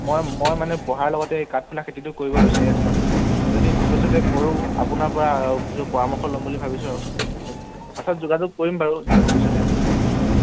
মই মই মানে পঢ়াৰ লগতে এই কাঠফুলা খেতিটো কৰিব বিচাৰি আছোঁ মানে যদি ভৱিষ্যতে কৰোঁ আপোনাৰ পৰা কিছু পৰামৰ্শ ল'ম বুলি ভাবিছোঁ আৰু পাছত যোগাযোগ কৰিম বাৰু ভৱিষ্যতে অঁ